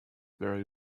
very